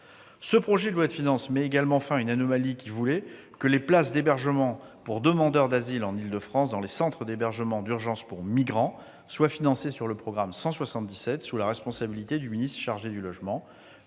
Ce projet de loi de finances met également fin à une anomalie qui voulait que les places d'hébergement pour demandeurs d'asile en Île-de-France, dans les centres d'hébergement d'urgence pour migrants- CHUM -, soient financées sur le programme 177, sous la responsabilité du ministre chargé du logement.